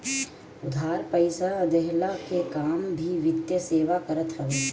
उधार पईसा देहला के काम भी वित्तीय सेवा करत हवे